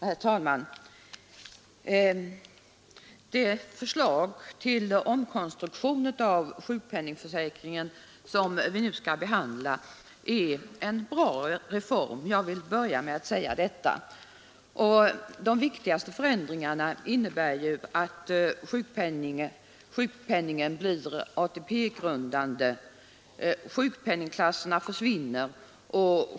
Herr talman! Jag vill börja med att säga att det förslag till omkonstruktion av sjukpenningförsäkringen som vi nu skall behandla är en bra reform. De viktigaste förändringarna innebär att sjukpenningen blir ATP-grundande och sjukpenningklasserna försvinner.